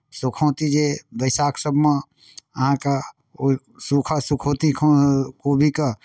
सुखौँती जे वैशाख सभमे अहाँके ओहि सूखा सुखौँतीके कोबीके